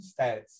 stats